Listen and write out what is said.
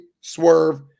swerve